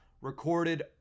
recorded